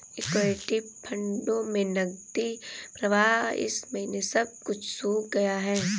equity फंडों में नकदी प्रवाह इस महीने सब कुछ सूख गया है